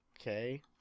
Okay